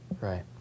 Right